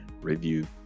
review